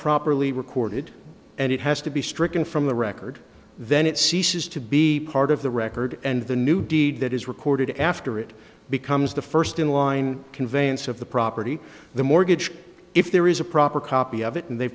properly recorded and it has to be stricken from the record then it ceases to be part of the record and the new deed that is recorded after it becomes the first in line conveyance of the property the mortgage if there is a proper copy of it and they